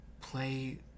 play